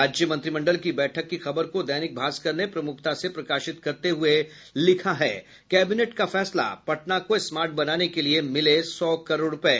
राज्य मंत्रिमंडल की बैठक की खबर को दैनिक भास्कर ने प्रमुखता से प्रकाशित करते हुये लिखा है कैबिनेट का फैसला पटना को स्मार्ट बनाने के लिये मिले सौ करोड़ रूपये